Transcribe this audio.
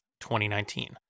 2019